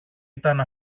ήταν